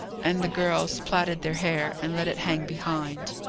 and the girls plaited their hair, and let it hang behind.